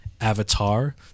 Avatar